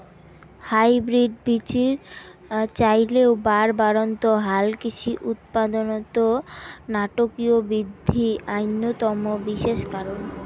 hybrid বীচির চইলের বাড়বাড়ন্ত হালকৃষি উৎপাদনত নাটকীয় বিদ্ধি অইন্যতম বিশেষ কারণ